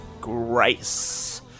Grace